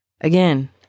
Again